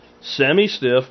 semi-stiff